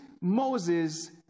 Moses